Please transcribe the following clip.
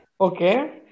Okay